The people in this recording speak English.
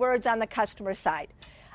words on the customer side